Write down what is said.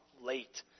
late